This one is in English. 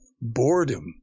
boredom